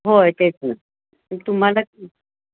होय तेच ना तुम्हाला